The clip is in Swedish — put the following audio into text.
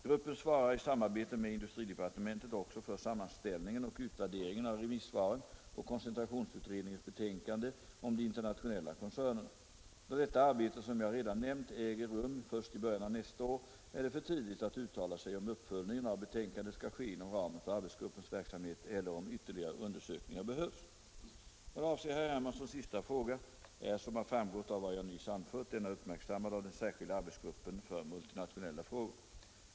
Gruppen svarar i samarbete med industridepartementet också för sammanställningen och utvärderingen av remissvaren på koncentrationsutredningens betänkande om de internationella koncernerna. Då detta arbete, som jag redan nämnt, äger rum först i början av nästa år, är det för tidigt att säga om uppföljningen av betänkandet skall ske inom ramen för arbetsgruppens verksamhet eller om ytterligare undersökningar behövs. Vad avser herr Hermanssons sista fråga är som har framgått av vad jag nyss anfört denna uppmärksammad av den särskilda arbetsgruppen för MNF-frågor.